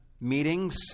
meetings